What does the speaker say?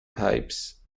pipes